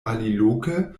aliloke